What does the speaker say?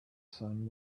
sun